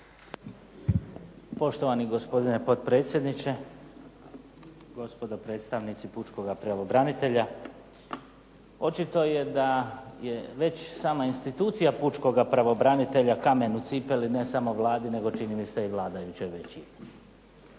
Poštovani gospodine potpredsjedniče, gospodo predstavnici pučkoga pravobranitelja. Očito je da je već sama institucija pučkoga pravobranitelja kamen u cipeli ne samo Vladi nego čini mi se i vladajućoj većini.